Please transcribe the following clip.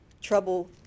trouble